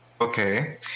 Okay